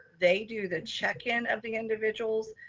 they do the check in of the individuals.